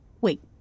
Wait